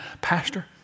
Pastor